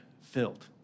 filled